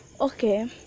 okay